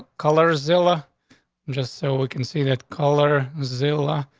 color zilla just so we can see that color zilla.